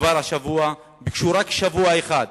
כבר השבוע, ביקשו רק בשבוע אחד